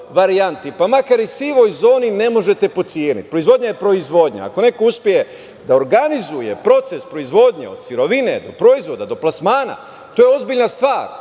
pa makar i u sivoj zoni, ne možete potceniti. Proizvodnja je proizvodnja. Ako neko uspe da organizuje proces proizvodnje, od sirovine do proizvoda, do plasmana, to je ozbiljna stvar.